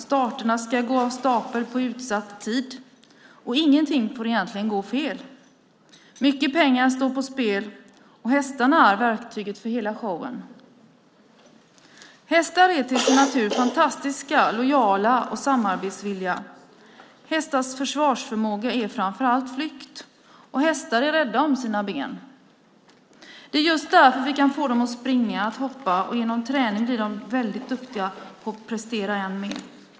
Starterna ska gå av stapeln på utsatt tid. Ingenting får egentligen gå fel. Mycket pengar står på spel, och hästarna är verktygen för hela showen. Hästar är till sin natur fantastiska, lojala och samarbetsvilliga. Hästars försvarsförmåga är framför allt flykt, och hästar är rädda om sina ben. Det är just därför vi kan få dem att springa och hoppa. Genom träning blir de väldigt duktiga på att prestera än mer.